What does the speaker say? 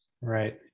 right